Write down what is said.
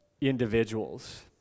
individuals